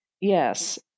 Yes